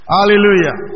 Hallelujah